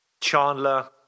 Chandler